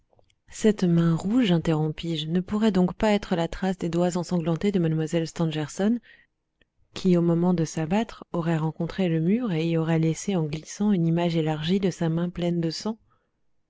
cette main rouge interrompis-je ne pourrait donc pas être la trace des doigts ensanglantés de mlle stangerson qui au moment de s'abattre aurait rencontré le mur et y aurait laissé en glissant une image élargie de sa main pleine de sang